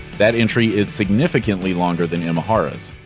that entry is significantly longer than imahara's.